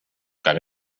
got